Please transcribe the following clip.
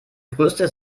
größte